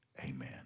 Amen